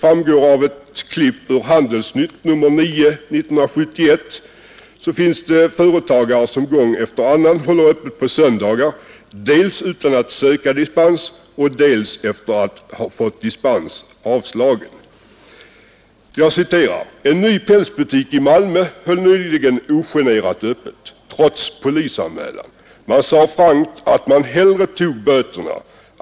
Av ett klipp ur Handelsnytt nr 9 år 1971 framgår exempelvis att det finns företagare som gång efter annan håller öppet på söndagar dels utan att ha sökt dispens, dels efter att ha fått ansökan om dispens avslagen. Jag citerar: ”En ny pälsbutik i Malmö höll nyligen ogenerat öppet, trots polisanmälan. Man sade frankt att man hellre tog böterna.